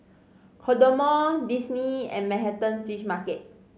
Kodomo Disney and Manhattan Fish Market